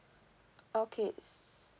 okay